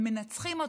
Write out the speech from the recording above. הם מנצחים אותנו,